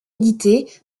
édité